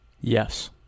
yes